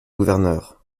gouverneur